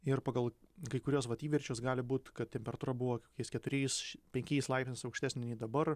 ir pagal kai kuriuos vat įverčius gali būt kad temperatūra buvo kokiais keturiais penkiais laipsniais aukštesnė nei dabar